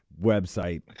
website